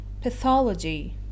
pathology